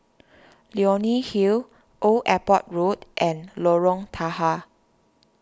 Leonie Hill Old Airport Road and Lorong Tahar